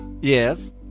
Yes